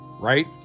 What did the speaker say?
right